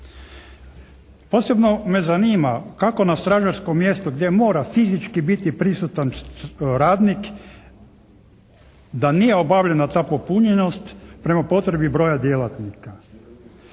Posebno me zanima kako na stražarsko mjesto gdje mora fizički biti prisutan radnik da nije obavljena ta popunjenost prema potrebi broja djelatnika.